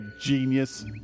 genius